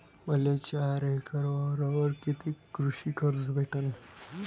मले चार एकर वावरावर कितीक कृषी कर्ज भेटन?